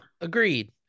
Agreed